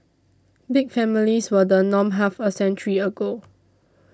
big families were the norm half a century ago